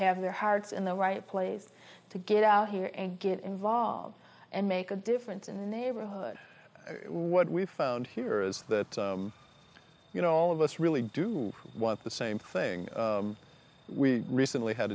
have their hearts in the right place to get out here and get involved and make a difference in the neighborhood what we found here is that you know all of us really do want the same thing we recently had